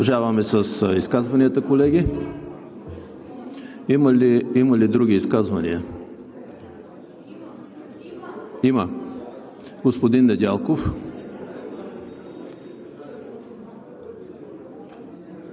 Продължаваме с изказванията, колеги. Има ли други изказвания? Има. Господин Недялков.